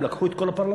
הם לקחו את כל הפרלמנט.